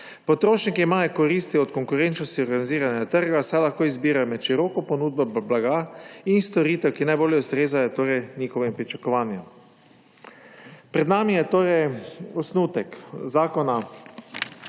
Potrošniki imajo koristi od konkurenčno organiziranega trga, saj lahko izbirajo med široko ponudbo blaga in storitev, ki najbolje ustrezajo njihovim pričakovanjem. Pred nami je torej osnutek zakona